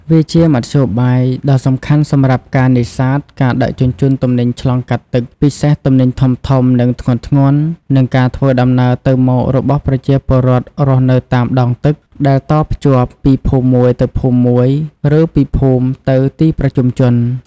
វាជាមធ្យោបាយដ៏សំខាន់សម្រាប់ការ នេសាទ ការ ដឹកជញ្ជូនទំនិញឆ្លងកាត់ទឹក ពិសេសទំនិញធំៗ និងធ្ងន់ៗ និងការ ធ្វើដំណើរទៅមករបស់ប្រជាពលរដ្ឋរស់នៅតាមដងទឹក ដែលតភ្ជាប់ពីភូមិមួយទៅភូមិមួយ ឬពីភូមិទៅទីប្រជុំជន ។